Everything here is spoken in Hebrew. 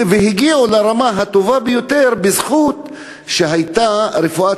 הגיעו לרמה הטובה ביותר בזכות זה שהייתה רפואה